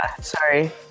Sorry